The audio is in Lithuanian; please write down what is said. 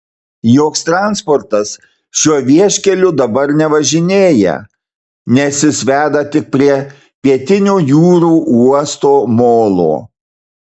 joks transportas šiuo vieškeliu dabar nevažinėja nes jis veda tik prie pietinio jūrų uosto molo